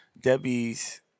Debbie's